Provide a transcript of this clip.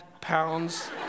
pounds